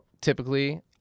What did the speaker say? Typically